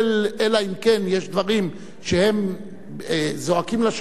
אלא אם כן יש דברים שהם זועקים לשמים,